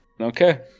Okay